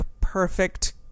perfect